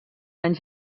anys